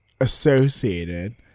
associated